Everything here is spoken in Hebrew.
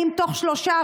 אם בתוך שלושה,